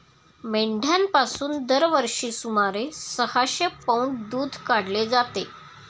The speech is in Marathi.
मेंढ्यांपासून दरवर्षी सुमारे सहाशे पौंड दूध काढले जाते